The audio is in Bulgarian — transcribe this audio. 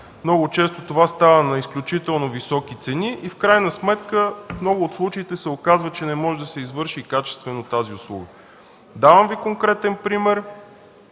Много често това става на изключително високи цени и в крайна сметка в много от случаите се оказва, че не може да се извърши качествена услуга. Давам Ви конкретен пример: